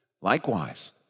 Likewise